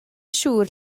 siŵr